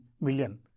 million